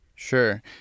Sure